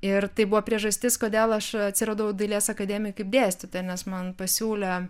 ir tai buvo priežastis kodėl aš atsiradau dailės akademijoj kaip dėstytoja nes man pasiūlė